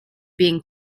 being